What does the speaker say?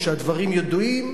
או שהדברים ידועים,